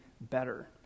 better